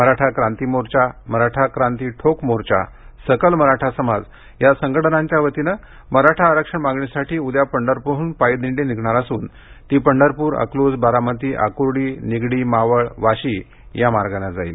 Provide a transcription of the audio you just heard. मराठा क्रांती मोर्चा मराठा क्रांती ठोक मोर्चा सकल मराठा समाज या संघटनांच्या वतीनं मराठा आरक्षण मागणीसाठी उद्या पंढरपूरहून पायी दिंडी निघणार असून ती पंढरपूर अकलूज बारामती आकुर्डी निगडी मावळ वाशी या मार्गाने जाईल